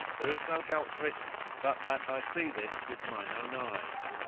there is no help for it but that i see this with mine own eyes.